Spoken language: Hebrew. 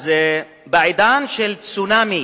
אז בעידן של צונאמי